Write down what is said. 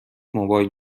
موبایل